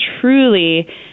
truly